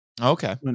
okay